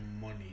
money